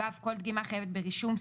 כל דגימה חייבת ברישום,